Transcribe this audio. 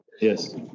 Yes